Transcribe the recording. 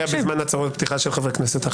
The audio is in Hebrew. לא ידעתי שזה כבר מומש.